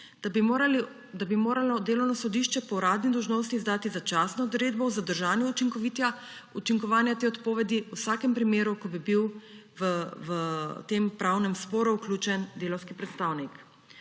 da bi moralo delovno sodišče po uradni dolžnosti izdati začasno odredbo o zadržanju učinkovanja te odpovedi v vsakem primeru, ko bi bil v tem pravnem sporu vključen delavski predstavnik.